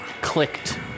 clicked